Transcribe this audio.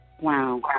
Wow